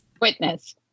Witness